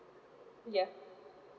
yeah